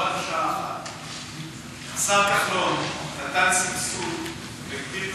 לא עד השעה 13:00. השר כחלון נתן סבסוד והגדיל את